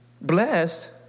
Blessed